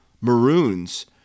Maroons